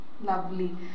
Lovely